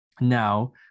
Now